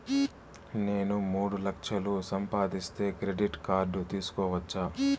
నేను మూడు లక్షలు సంపాదిస్తే క్రెడిట్ కార్డు తీసుకోవచ్చా?